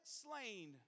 slain